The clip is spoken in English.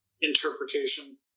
interpretation